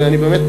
וזה באמת